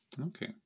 Okay